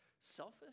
selfish